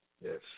Yes